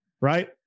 right